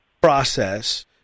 process